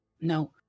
no